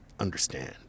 understand